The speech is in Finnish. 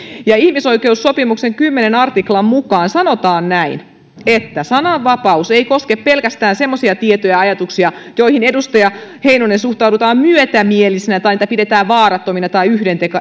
ihmisoikeussopimuksen kymmenennen artiklan mukaan sanotaan että sananvapaus ei koske pelkästään semmoisia tietoja ja ajatuksia joihin edustaja heinonen suhtaudutaan myötämielisesti tai joita pidetään vaarattomina tai